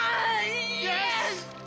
yes